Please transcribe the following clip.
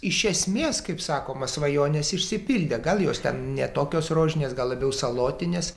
iš esmės kaip sakoma svajonės išsipildė gal jos ten ne tokios rožinės gal labiau salotinės